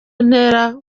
ntera